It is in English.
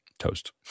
toast